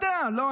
הוא לא ידע, לא.